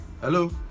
Hello